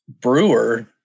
Brewer